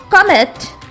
commit